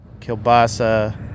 Kielbasa